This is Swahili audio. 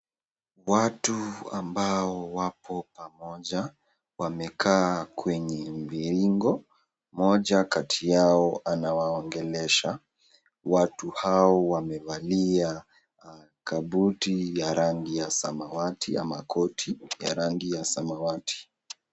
Watu ambao wapo pamoja wamekaa kwenye mviringo mmoja kati yao anawaongelesha. Watu hao wamevalia kabuti ya rangi ya samawati ama koti ya rangi ya samawati.